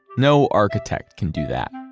no architect can do that.